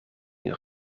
uur